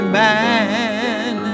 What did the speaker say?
man